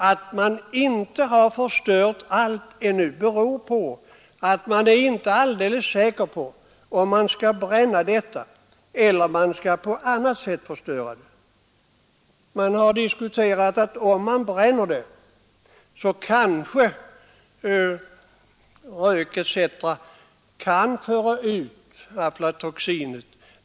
Att man inte har förstört allt ännu beror på att man inte är alldeles säker på om man skall bränna det eller förstöra det på annat sätt. Man har diskuterat om kanske rök etc. vid en bränning kan föra ut aflatoxinet.